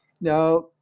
Now